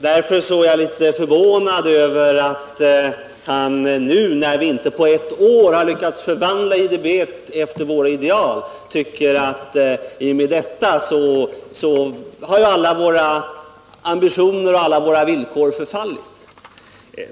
Därför är jag litet förvånad över att han nu, när vi inte på ett år har lyckats förvandla IDB efter våra ideal, tycker att i och med detta alla våra ambitioner och villkor har förfallit.